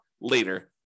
later